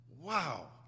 wow